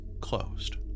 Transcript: closed